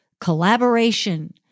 collaboration